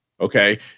Okay